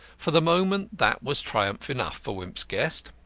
for the moment that was triumph enough for wimp's guest.